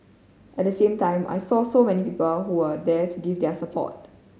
at the same time I saw so many people who were there to give their support